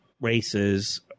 races